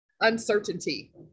uncertainty